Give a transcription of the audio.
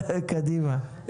כמובן,